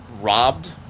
robbed